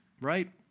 right